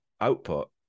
output